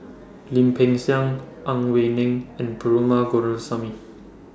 Lim Peng Siang Ang Wei Neng and Perumal